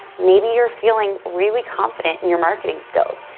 maybe you're feeling really confident in your marketing skills,